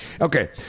okay